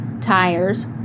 tires